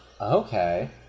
Okay